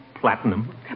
Platinum